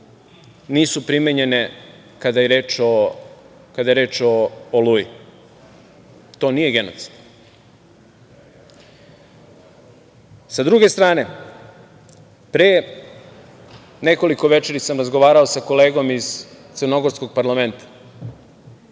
nisu primenjene kada je reč o „Oluji“? To nije genocid? Sa druge strane, pre nekoliko večeri sam razgovarao sa kolegom iz crnogorskog parlamenta,